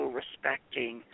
respecting